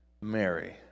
Mary